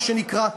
מה שנקרא.